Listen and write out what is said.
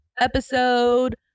episode